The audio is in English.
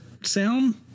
sound